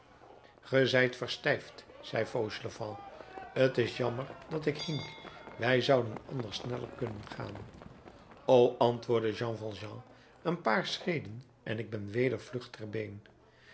zijt verstijfd zei fauchelevent t is jammer dat ik hink wij zouden anders sneller kunnen gaan o antwoordde jean valjean een paar schreden en ik ben weder vlug